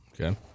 Okay